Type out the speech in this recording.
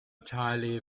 entirely